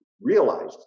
realized